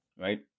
right